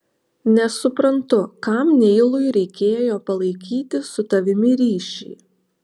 nesuprantu kam neilui reikėjo palaikyti su tavimi ryšį